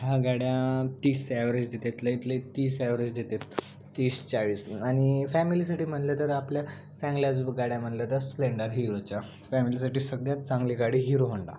ह्या गाड्या तीस ॲवरेज देतात लईत लई तीस ॲवरेज देतात तीस चाळीस म् आणि फॅमिलीसाठी म्हणलं तर आपल्या चांगल्याच ब् गाड्या म्हणलं तर स्प्लेंडर हीरोच्या फॅमिलीसाठी सगळ्यात चांगली गाडी हीरो होंडा